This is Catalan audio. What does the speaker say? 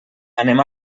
anem